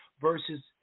Versus